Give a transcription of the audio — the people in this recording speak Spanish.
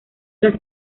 las